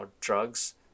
drugs